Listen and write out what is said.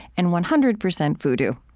and one hundred percent vodou.